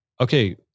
okay